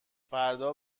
فردا